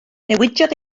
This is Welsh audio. newidiodd